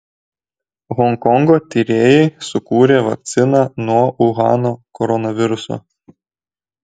honkongo tyrėjai sukūrė vakciną nuo uhano koronaviruso